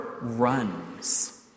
runs